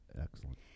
Excellent